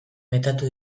metatu